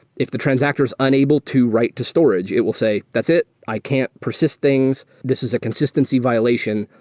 if the transactor is unable to write to storage, it will say, that's it. i can't persist things. this is a consistency violation.